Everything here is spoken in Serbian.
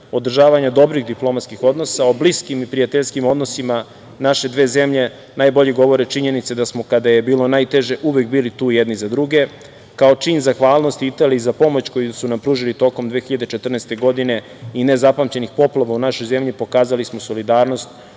održavanja dobrih diplomatskih odnosa. O bliskim i prijateljskim odnosima naše dve zemlje najbolje govore činjenice da smo kada je bilo najteže uvek bili tu jedni za druge. Kao čin zahvalnosti Italiji za pomoć koju su nam pružili tokom 2014. godine i nezapamćenih poplava u našoj zemlji, pokazali smo solidarnost